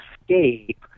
escape